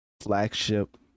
flagship